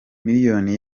miliyoni